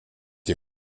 die